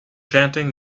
chanting